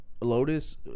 Lotus